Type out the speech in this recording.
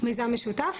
מה שנקרא "בושה",